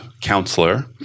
counselor